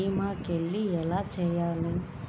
భీమ క్లెయిం ఎలా చేయాలి?